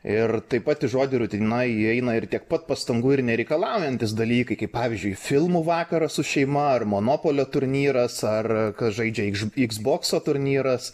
ir taip pat į žodį rutina įeina ir tiek pat pastangų ir nereikalaujantys dalykai kaip pavyzdžiui filmų vakaras su šeima ar monopolio turnyras ar kas žaidžia iks bokso turnyras